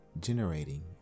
generating